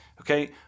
Okay